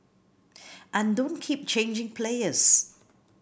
and don't keep changing players